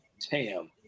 Tam